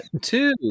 Two